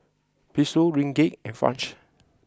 Peso Ringgit and Franc